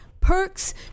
perks